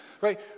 right